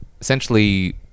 essentially